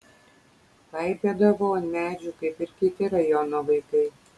laipiodavau ant medžių kaip ir kiti rajono vaikai